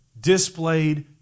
displayed